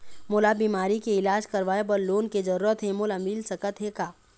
मोला बीमारी के इलाज करवाए बर लोन के जरूरत हे मोला मिल सकत हे का?